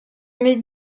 mes